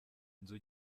nzu